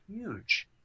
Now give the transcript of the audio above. huge